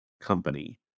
company